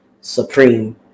Supreme